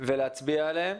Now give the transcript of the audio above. ולהצביע עליהן,